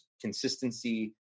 consistency